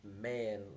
man